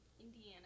Indiana